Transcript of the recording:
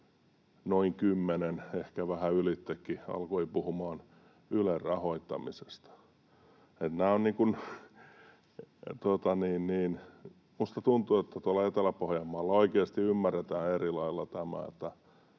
vähän ylitsekin, alkoi puhumaan Ylen rahoittamisesta. Niin että minusta tuntuu, että tuolla Etelä-Pohjanmaalla oikeasti ymmärretään erilailla tämä,